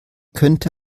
könnte